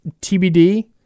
TBD